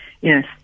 Yes